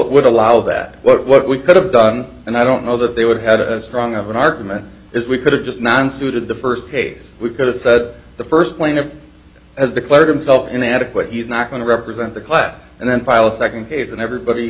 would allow that what we could have done and i don't know that they would had as strong of an argument is we could have just non student the first case we could have said the first plaintiff has declared himself inadequate he's not going to represent the class and then file a second case and everybody